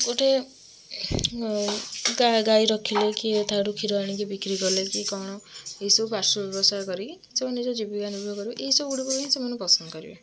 ଗୋଟେ ଗାଈ ରଖିଲେ କି ତାଠୁ କ୍ଷୀର ଆଣିକି ବିକ୍ରି କଲେ କି କଣ ଏହି ସବୁ ପାର୍ଶ ବ୍ୟବସାୟ କରିକି ସେମାନେ ନିଜର ଜୀବିକା ନିର୍ବାହ କରିବେ ଏହି ସବୁ ଗୁଡ଼ିକୁ ହିଁ ସେମାନେ ପସନ୍ଦ କରିବେ